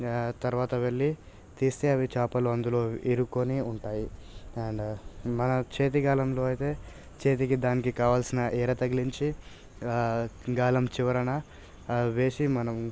తర్వాత వెళ్లి తీస్తే అవి చాపలు అందులో ఇరుక్కొని ఉంటాయి అండ్ మన చేతి గేలంలో అయితే చేతికి దానికి కావలసిన ఎర తగిలించి ఆ గేలం చివరన వేసి మనం